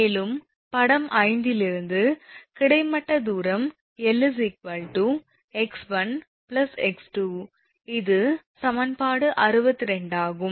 மேலும் படம் 5 இலிருந்து கிடைமட்ட தூரம் 𝐿 𝑥1𝑥2 இது சமன்பாடு 62 ஆகும்